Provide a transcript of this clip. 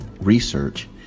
research